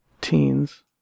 teens